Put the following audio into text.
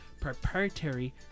proprietary